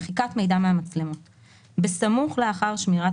מחיקת מידע מהמצלמות 41. בסמוך לאחר שמירת